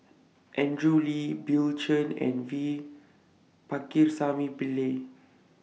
Andrew Lee Bill Chen and V Pakirisamy Pillai